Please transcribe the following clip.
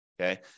okay